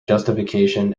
justification